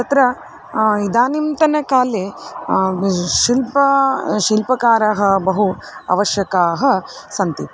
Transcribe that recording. तत्र इदानीन्तनकाले शिल्पकारः शिल्पकाराः बहु आवश्यकाः सन्ति